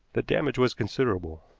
the damage was considerable.